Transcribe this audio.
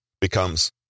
becomes